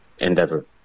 endeavor